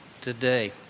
today